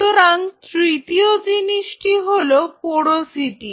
সুতরাং তৃতীয় জিনিসটি হল পোরোসিটি